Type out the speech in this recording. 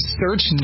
search